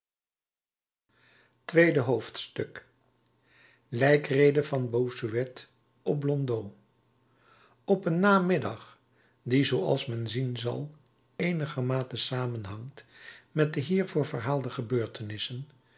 tweede hoofdstuk lijkrede van bossuet op blondeau op een namiddag die zooals men zien zal eenigermate samenhangt met de hiervoor verhaalde gebeurtenissen